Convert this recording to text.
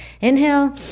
inhale